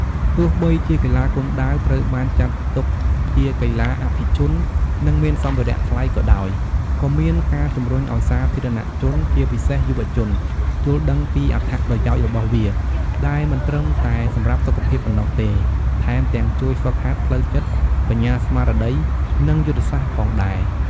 ទោះបីជាកីឡាគុនដាវត្រូវបានចាត់ទុកជាកីឡាអភិជន និងមានសម្ភារៈថ្លៃក៏ដោយ ក៏មានការជំរុញឱ្យសាធារណជន ជាពិសេសយុវជន យល់ដឹងពីអត្ថប្រយោជន៍របស់វា ដែលមិនត្រឹមតែសម្រាប់សុខភាពប៉ុណ្ណោះទេ ថែមទាំងជួយហ្វឹកហាត់ផ្លូវចិត្ត បញ្ញាស្មារតី និងយុទ្ធសាស្ត្រផងដែរ។